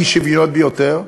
מהאי-שוויוניות ביותר?